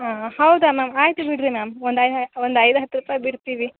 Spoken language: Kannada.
ಹಾಂ ಹೌದಾ ಮ್ಯಾಮ್ ಆಯಿತು ಬಿಡಿರಿ ಮ್ಯಾಮ್ ಒಂದು ಐ ಒಂದು ಐದು ಹತ್ತು ರೂಪಾಯಿ ಬಿಡ್ತೀವಿ